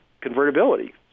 convertibility